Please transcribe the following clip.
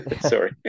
sorry